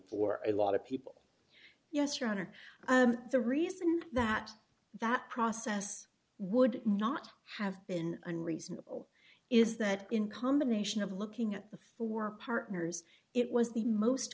for a lot of people yes your honor the reason that that process would not have been unreasonable is that in combination of looking at the four partners it was the most